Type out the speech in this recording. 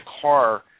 car